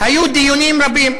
היו דיונים רבים,